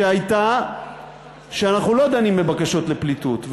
שהייתה שאנחנו לא דנים בבקשות לפליטות.